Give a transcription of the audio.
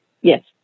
Yes